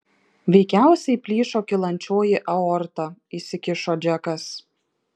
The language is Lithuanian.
veikiausiai plyšo kylančioji aorta įsikišo džekas